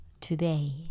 today